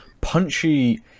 punchy